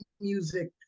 music